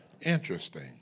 Interesting